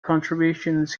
contributions